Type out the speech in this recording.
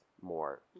more